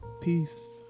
Peace